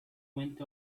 went